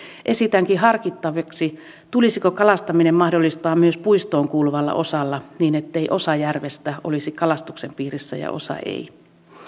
esitänkin harkittavaksi tulisiko kalastaminen mahdollistaa myös puistoon kuuluvalla osalla niin ettei osa järvestä olisi kalastuksen piirissä ja osa ei